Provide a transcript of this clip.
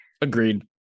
Agreed